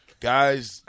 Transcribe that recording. Guys